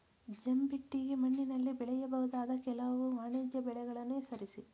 ಜಂಬಿಟ್ಟಿಗೆ ಮಣ್ಣಿನಲ್ಲಿ ಬೆಳೆಯಬಹುದಾದ ಕೆಲವು ವಾಣಿಜ್ಯ ಬೆಳೆಗಳನ್ನು ಹೆಸರಿಸಿ?